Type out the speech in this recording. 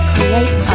Create